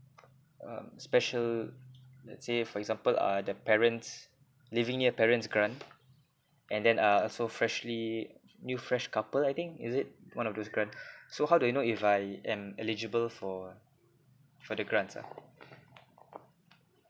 um special let's say for example are the parents leaving near parents grant and then uh so freshly new fresh couple I think is it one of those grant so how do I know if I am eligible for for the grants ah